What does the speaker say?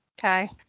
Okay